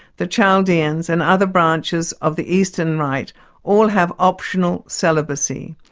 the chaldeans and other branches of the eastern rite all have optional celibacy.